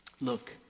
Look